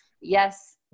yes